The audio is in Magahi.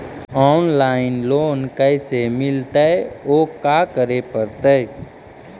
औनलाइन लोन कैसे मिलतै औ का करे पड़तै?